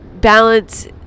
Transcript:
balance